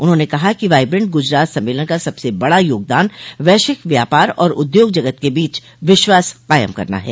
उन्होंने कहा कि वाइब्रेंट गुजरात सम्मेलन का सबसे बड़ा योगदान वैश्विक व्यापार और उद्योग जगत के बीच विश्वास कायम करना है